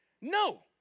No